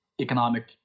economic